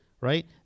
right